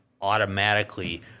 automatically